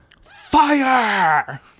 Fire